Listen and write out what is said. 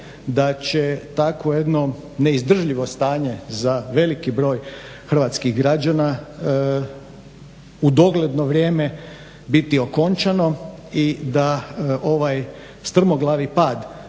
da će takvo jedno neizdržljivo stanje za veliki broj hrvatskih građana u dogledno vrijeme biti okončano i da ovaj strmoglavi pad